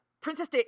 Princess